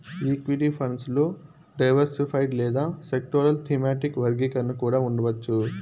equity funds లో diversified లేదా sectoral, thematic వర్గీకరణ కూడా ఉండవచ్చు